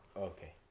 Okay